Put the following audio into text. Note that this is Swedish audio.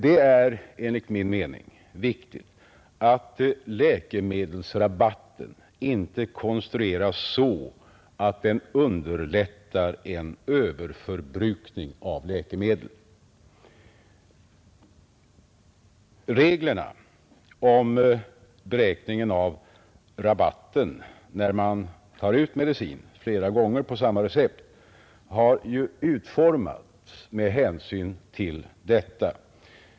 Det är enligt min mening viktigt att läkemedelsrabatten inte konstrueras så att den underlättar en överförbrukning av läkemedel. Reglerna om beräkningen av rabatten när man tar ut medicin flera gånger på samma recept har ju utformats med hänsyn till detta.